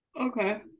okay